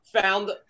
found